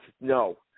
no